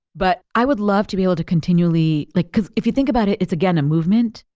but i would love to be able to continually like because if you think about it, it's again a movement.